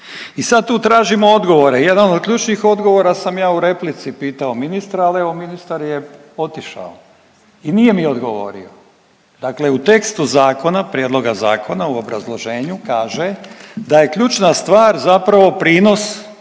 I sad tu tražimo odgovore. Jedan od ključnih odgovora sam ja u replici pitao ministra, al evo ministar je otišao i nije mi odgovorio. Dakle u tekstu zakona, Prijedloga zakona u obrazloženju kaže da je ključna stvar zapravo prinos